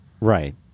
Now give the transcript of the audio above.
Right